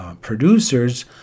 producers